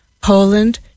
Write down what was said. Poland